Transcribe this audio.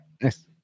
Nice